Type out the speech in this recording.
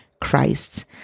Christ